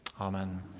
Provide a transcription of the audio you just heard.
Amen